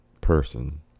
person